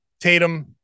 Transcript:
Tatum